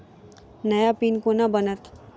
नया पिन केना बनत?